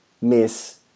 miss